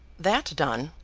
that done,